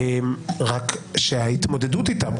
רק שההתמודדות איתן,